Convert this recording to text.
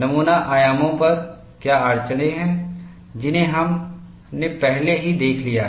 नमूना आयामों पर क्या अड़चनें हैं जिन्हें हमने पहले ही देख लिया है